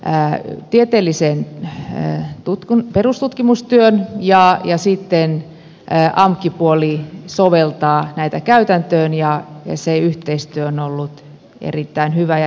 ääh ja tekee tämän tieteellisen perustutkimustyön ja sitten amk puoli soveltaa näitä käytäntöön ja se yhteistyö on ollut erittäin hyvää ja hedelmällistä ja kiiteltyä